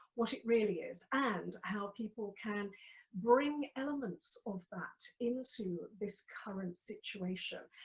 what it really is, and how people can bring elements of that into this current situation.